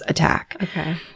Okay